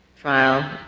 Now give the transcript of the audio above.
trial